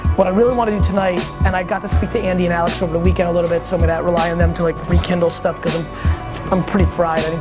i'm really wanting tonight, and i got to speak to andy and alex over the weekend a little bit so i'm gonna rely on them to like rekindle stuff, cause i'm pretty fried,